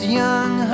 young